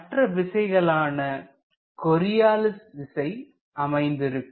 மற்ற விசைகள் ஆன கொரியாலிஸ் விசை அமைந்திருக்கும்